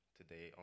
today